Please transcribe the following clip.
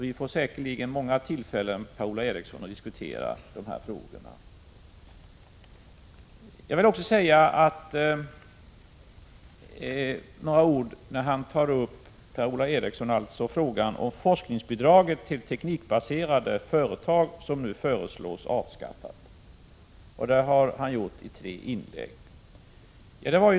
Vi får säkerligen många tillfällen att diskutera dessa frågor, Per-Ola Eriksson. Per-Ola Eriksson tar upp frågan om forskningsbidraget till teknikbaserade företag som nu föreslås avskaffas. Det har han gjort i tre inlägg.